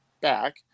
back